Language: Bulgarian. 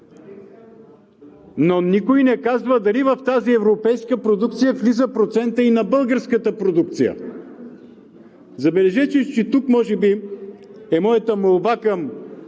но никой не казва дали в тази европейска продукция влиза процентът и на българската продукция. Забележете, че тук може би е моята молба към